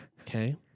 Okay